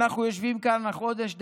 אנחנו יושבים כאן בחודש דצמבר.